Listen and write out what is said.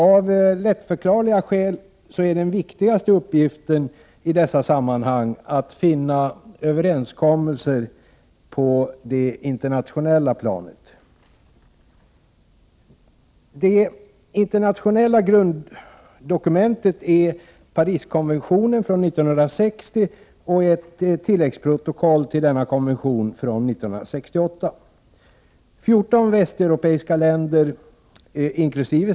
Av lättförklarliga skäl är den viktigaste uppgiften i dessa sammanhang att finna överenskommelser på det internationella planet. Det internationella grunddokumentet är Pariskonventionen från 1960 och ett tilläggsprotokoll till denna konvention från 1968. 14 västeuropeiska länder, inkl.